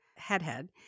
Headhead